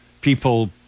people